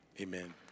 Amen